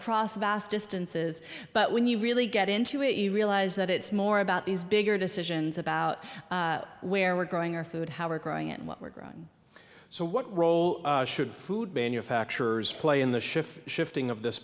cross vast distances but when you really get into it you realise that it's more about these bigger decisions about where we're growing our food how are growing in what we're grown so what role should food manufacturers play in the shift shifting of this